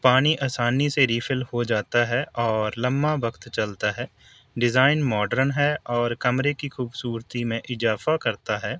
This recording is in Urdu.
پانی آسانی سے ریفل ہو جاتا ہے اور لمما وقت چلتا ہے ڈیزائن ماڈرن ہے اور کمرے کی خوبصورتی میں اضافہ کرتا ہے